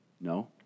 No